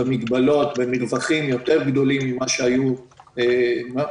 במגבלות ומרווחים יותר גדולים ממה שהיה בעבר,